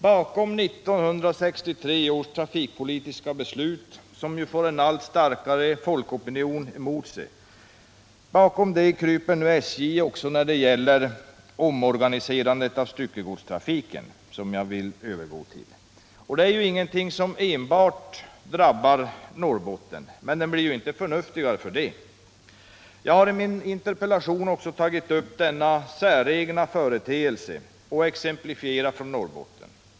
Bakom 1963 års trafikpolitiska beslut, som ju får en allt starkare folkopinion emot sig, kryper SJ också när det gäller omorganiserandet av styckegodstrafiken, som jag nu vill övergå till. Det är ju ingenting som enbart drabbar Norrbotten. Men det blir inte förnuftigare för det. Jag har i min interpellation tagit upp även denna säregna företeelse och exemplifierar från Norrbotten.